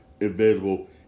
available